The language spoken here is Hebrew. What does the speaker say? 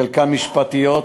חלקם משפטיים,